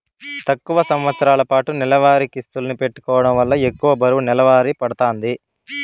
తక్కువ సంవస్తరాలపాటు నెలవారీ కిస్తుల్ని పెట్టుకోవడం వల్ల ఎక్కువ బరువు నెలవారీ పడతాంది